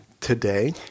Today